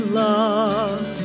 love